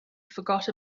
forgot